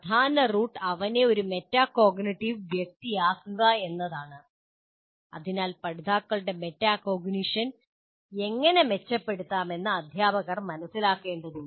പ്രധാന റൂട്ട് അവനെ ഒരു മെറ്റാകോഗ്നിറ്റീവ് വ്യക്തിയാക്കുക എന്നതാണ് അതിനാൽ പഠിതാക്കളുടെ മെറ്റാകോഗ്നിഷൻ എങ്ങനെ മെച്ചപ്പെടുത്താമെന്ന് അധ്യാപകർ മനസിലാക്കേണ്ടതുണ്ട്